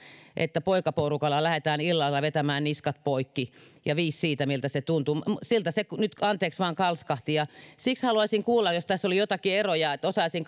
että poikaporukalla lähdetään illalla vetämään niskat poikki ja viis siitä miltä se tuntuu siltä se nyt anteeksi vain kalskahti ja siksi haluaisin kuulla jos tässä oli joitakin eroja jotta osaisin